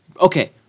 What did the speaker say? okay